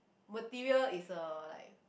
material is uh like